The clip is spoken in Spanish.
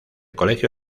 colegio